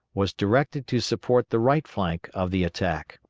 was directed to support the right flank of the attack.